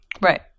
Right